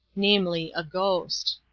namely, a ghost.